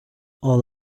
all